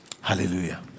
Hallelujah